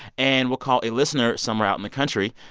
and we'll call a listener somewhere out in the country.